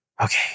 Okay